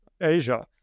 Asia